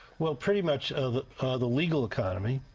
well, pretty much the the legal economy.